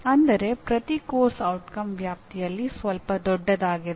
ಅಂದರೆ ಪ್ರತಿ ಪಠ್ಯಕ್ರಮದ ಪರಿಣಾಮದ ವ್ಯಾಪ್ತಿಯಲ್ಲಿ ಸ್ವಲ್ಪ ದೊಡ್ಡದಾಗಿದೆ